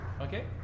Okay